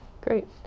great